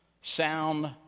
sound